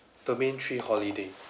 domain three holiday